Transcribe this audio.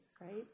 right